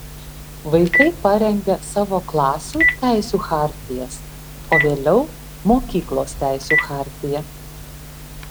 vaikai parengia savo klasių teisių chartijas o vėliau mokyklos teisių chartiją